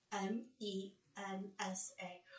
M-E-N-S-A